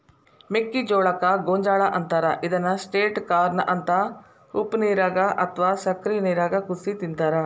ಮೆಕ್ಕಿಜೋಳಕ್ಕ ಗೋಂಜಾಳ ಅಂತಾರ ಇದನ್ನ ಸ್ವೇಟ್ ಕಾರ್ನ ಅಂತ ಉಪ್ಪನೇರಾಗ ಅತ್ವಾ ಸಕ್ಕರಿ ನೇರಾಗ ಕುದಿಸಿ ತಿಂತಾರ